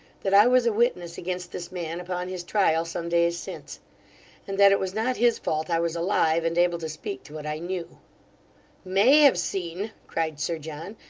that i was a witness against this man upon his trial some days since and that it was not his fault i was alive, and able to speak to what i knew may have seen cried sir john.